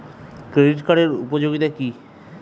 Credit কার্ডের উপযোগিতা কি?